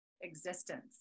existence